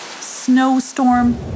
snowstorm